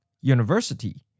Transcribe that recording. University